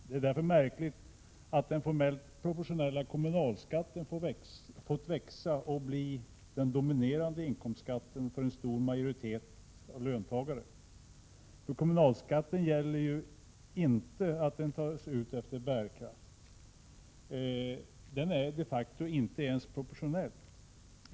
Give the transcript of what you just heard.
Det är därför märkligt att den formellt proportionella kommunalskatten fått växa och bli den dominerande inkomstskatten för en stor majoritet löntagare. För kommunalskatten gäller inte att den tas ut ”efter bärkraft”. Den är de facto inte ens proportionell.